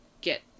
get